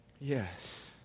Yes